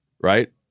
right